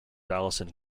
allison